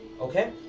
Okay